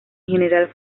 general